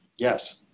Yes